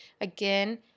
again